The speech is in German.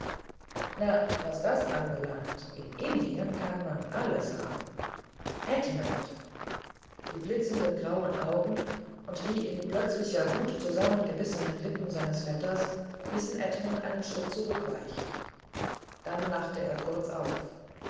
na was das anbelangt in indien kann man alles edmund die blitzenden grauen augen und die in plötzlicher wut zusammengebissenen lippen seines vetters ließen edmund einen schritt zurückweichen dann lachte er kurz auf